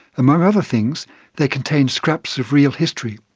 among other things they contained scraps of real history.